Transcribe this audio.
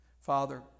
Father